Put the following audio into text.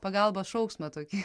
pagalbos šauksmą tokį